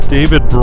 David